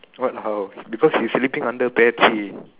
what how because he sleeping under pear tree